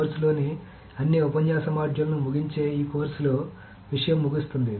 కోర్సులోని అన్ని ఉపన్యాస మాడ్యూల్లను ముగించే ఈ కోర్సులో విషయం ముగుస్తుంది